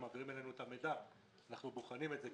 הם מעבירים אלינו את המידע ואנחנו בוחנים את זה,